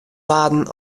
waarden